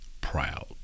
proud